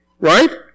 Right